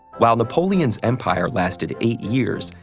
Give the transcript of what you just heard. while napoleon's empire lasted eight years,